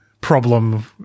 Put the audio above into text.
problem